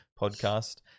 Podcast